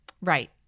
Right